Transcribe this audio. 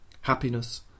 Happiness